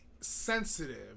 sensitive